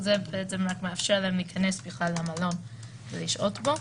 זה בעצם רק מאפשר להם להיכנס למלון ולשהות בו.